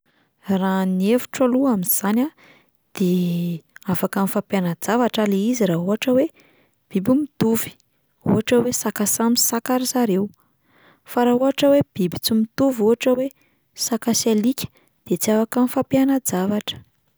Raha ny hevitro aloha amin'izany a, de afaka mifampiana-javatra le izy raha ohatra hoe biby mitovy, ohatra hoe saka samy saka ry zareo, fa raha ohatra hoe biby tsy mitovy ohatra hoe saka sy alika, de tsy afaka mifampiana-javatra.